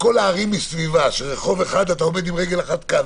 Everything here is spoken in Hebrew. ובכל הערים מסביבה ברחוב אחד אתה עם רגל אחת בעיר אחת,